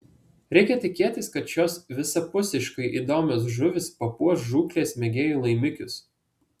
reikia tikėtis kad šios visapusiškai įdomios žuvys papuoš žūklės mėgėjų laimikius